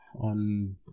on